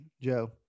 Joe